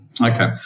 Okay